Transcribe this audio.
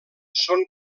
són